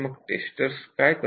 tester काय करतात